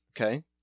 Okay